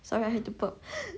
sorry I have to burp